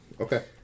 Okay